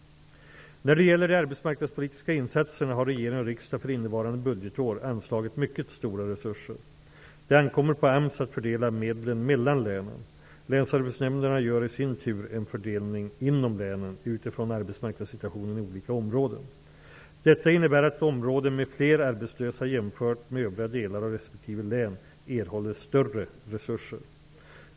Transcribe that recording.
När det gäller de arbetsmarknadspolitiska insatserna har regering och riksdag för innevarande budgetår anslagit mycket stora resurser. Det ankommer på AMS att fördela medlen mellan länen. Länsarbetsnämnderna gör i sin tur en fördelning inom länen utifrån arbetsmarknadssituationen i olika områden. Detta innebär att områden med fler arbetslösa jämfört med övriga delar av respektive län erhåller större resurser.